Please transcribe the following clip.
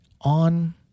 on